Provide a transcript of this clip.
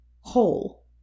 whole